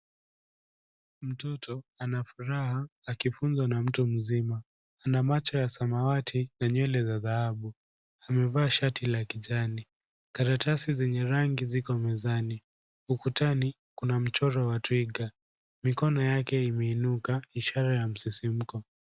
Mtoto ana furaha akifunzwa na mtu mzima, ana macho ya samawati na nywele za dhahabu, amevaa shati la kijani. Karatasi zenye rangi ziko mezani, ukutani kuna mchoro wa twiga mikono yake imeinuka ishara ya msisimko.